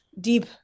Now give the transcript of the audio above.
deep